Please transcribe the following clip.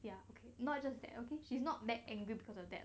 ya okay not just that okay she's not back angry because of that